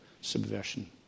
subversion